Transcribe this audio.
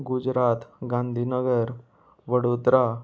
Gujarat Gandhinagar Vadodara